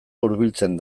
hurbiltzen